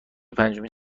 پنجمین